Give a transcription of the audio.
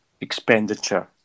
expenditure